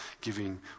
giving